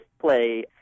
play